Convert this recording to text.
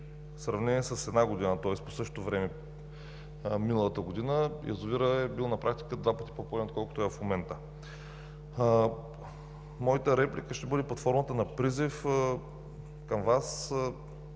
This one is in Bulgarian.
в сравнение с една година, тоест по същото време миналата година, язовирът е бил на практика два пъти по-пълен, отколкото е в момента. Моята реплика ще бъде под формата на призив към Вас: